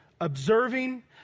observing